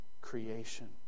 creation